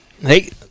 Hey